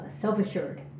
self-assured